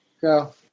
go